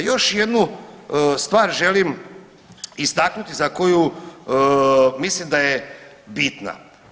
Još jednu stvar želim istaknuti za koju mislim da je bitna.